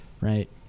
right